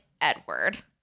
Edward